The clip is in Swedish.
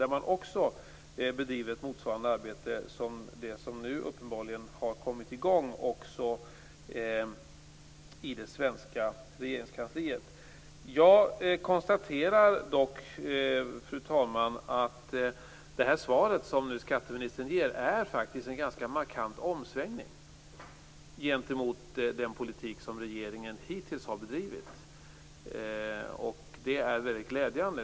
Där bedriver man motsvarande arbete som det som nu uppenbarligen har kommit i gång också i det svenska regeringskansliet. Jag konstaterar dock, fru talman, att det svar som skatteministern ger faktiskt är en ganska markant omsvängning jämfört med den politik som regeringen hittills har bedrivit. Det är mycket glädjande.